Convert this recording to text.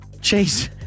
Chase